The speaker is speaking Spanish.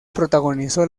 protagonizó